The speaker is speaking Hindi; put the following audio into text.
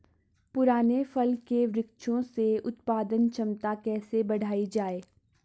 पुराने फल के वृक्षों से उत्पादन क्षमता कैसे बढ़ायी जाए?